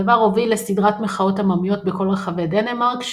הדבר הוביל לסדרת מחאות עממיות בכל רחבי דנמרק,